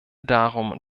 darum